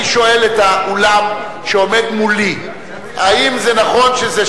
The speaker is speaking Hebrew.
אני שואל את האולם שעומד מולי: האם זה נכון שזה,